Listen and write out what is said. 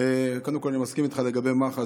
קודם כול אני מסכים איתך לגבי מח"ש,